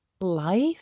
life